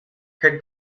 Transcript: her